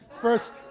First